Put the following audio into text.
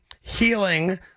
healing